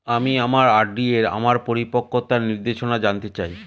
আমি আমার আর.ডি এর আমার পরিপক্কতার নির্দেশনা জানতে চাই